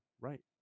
Right